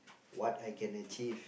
what I can achieve